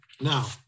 Now